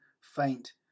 faint